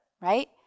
right